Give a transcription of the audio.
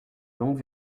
longues